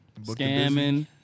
scamming